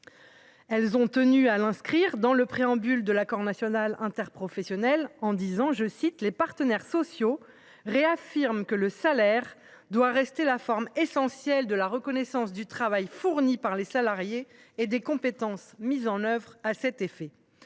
ont tenu à inscrire cet impératif dans le préambule de l’accord national interprofessionnel, en précisant :« Les partenaires sociaux réaffirment que le salaire doit rester la forme essentielle de la reconnaissance du travail fourni par les salariés et des compétences mises en œuvre à cet effet.